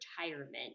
retirement